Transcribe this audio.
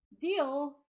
deal